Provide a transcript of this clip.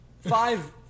five